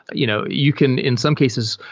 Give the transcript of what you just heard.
but you know you can, in some cases,